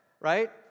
Right